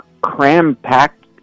cram-packed